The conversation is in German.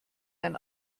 ein